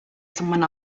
someone